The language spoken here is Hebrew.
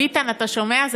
ביטן, אתה שומע?